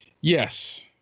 Yes